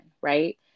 right